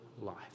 life